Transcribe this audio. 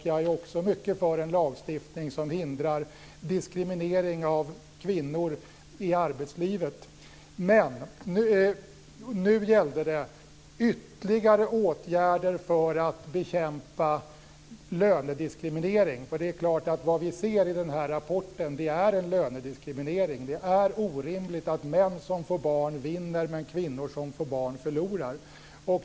Jag är också mycket för en lagstiftning som hindrar diskriminering av kvinnor i arbetslivet, men nu gällde det ytterligare åtgärder för att bekämpa lönediskriminering. Det är klart att vad vi ser i den här rapporten är en lönediskriminering. Det är orimligt att män som får barn vinner men att kvinnor som får barn förlorar.